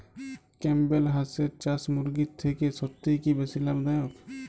Campbell হাঁসের চাষ মুরগির থেকে সত্যিই কি বেশি লাভ দায়ক?